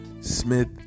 Smith